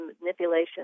manipulation